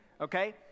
okay